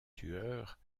tueurs